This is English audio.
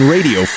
Radio